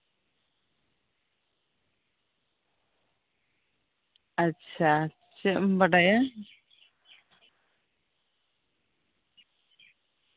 ᱟᱪᱪᱷᱟ ᱪᱮᱫ ᱮᱢ ᱵᱟᱰᱟᱭᱟ